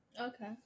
Okay